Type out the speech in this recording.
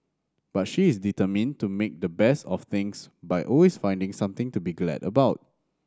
but she is determined to make the best of things by always finding something to be glad about